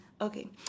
Okay